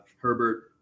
Herbert